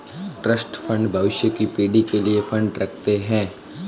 trust fund भविष्य की पीढ़ी के लिए फंड रखते हैं